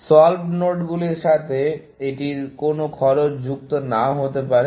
solved নোডগুলির সাথে এটির কোনও খরচ যুক্ত নাও থাকতে পারে